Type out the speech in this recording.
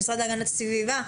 המשרד להגנת הסביבה,